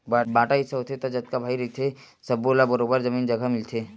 बांटा हिस्सा होथे त जतका भाई रहिथे सब्बो ल बरोबर जमीन जघा मिलथे